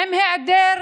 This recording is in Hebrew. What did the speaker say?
עם היעדר